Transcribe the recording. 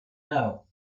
know